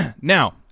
Now